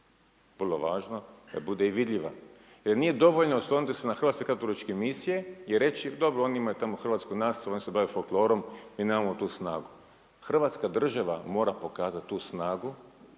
vrlo važno da bude i vidljiva jer nije dovoljno osloniti se na Hrvatske katoličke misije i reći, dobro oni imaju tamo hrvatsko … oni se tamo bave folklorom, mi nemamo tu snagu. Hrvatska država mora pokazati tu snagu